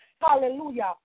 Hallelujah